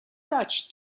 such